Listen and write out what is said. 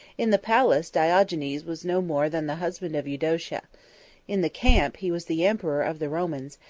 in the palace, diogenes was no more than the husband of eudocia in the camp, he was the emperor of the romans,